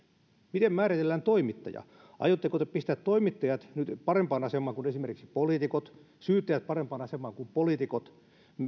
miten määritellään toimittaja aiotteko te pistää toimittajat nyt parempaan asemaan kuin esimerkiksi poliitikot syyttäjät parempaan asemaan kuin poliitikot